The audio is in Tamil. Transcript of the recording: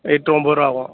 எட்டு ஒம்பது ரூபா ஆகும்